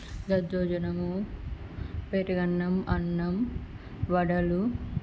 దద్దోజనము పెరుగన్నం అన్నం వడలు